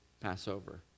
Passover